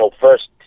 first